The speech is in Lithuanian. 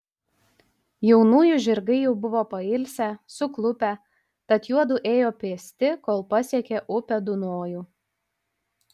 jaunųjų žirgai jau buvo pailsę suklupę tad juodu ėjo pėsti kol pasiekė upę dunojų